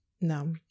No